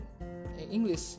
English